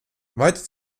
weite